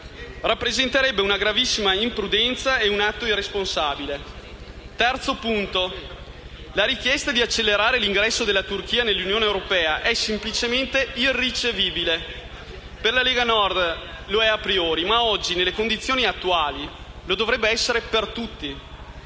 Rappresenterebbe una gravissima imprudenza e un atto irresponsabile. Vengo al terzo punto. La richiesta di accelerare l'ingresso della Turchia nell'Unione europea è semplicemente irricevibile. Per la Lega Nord lo è a priori, ma oggi, nelle condizioni attuali, lo dovrebbe essere per tutti.